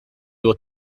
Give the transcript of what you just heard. will